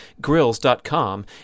grills.com